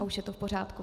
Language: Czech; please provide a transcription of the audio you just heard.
Už je to v pořádku.